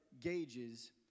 gauges